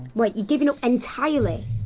but you're giving up entirely?